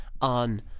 on